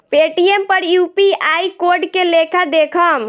Paytm पर UPI code के लेखा देखम?